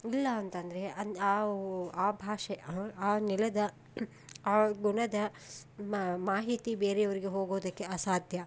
ಇಲ್ಲ ಅಂತಂದರೆ ಅನ್ ಆವೂ ಆ ಭಾಷೆ ಆ ನೆಲದ ಆ ಗುಣದ ಮಾಹಿತಿ ಬೇರೆಯವರಿಗೆ ಹೋಗೋದಕ್ಕೆ ಅಸಾಧ್ಯ